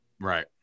right